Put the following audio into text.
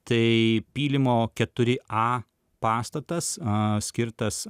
tai pylimo keturi a pastatas a skirtas